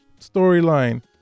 storyline